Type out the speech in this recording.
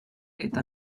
eta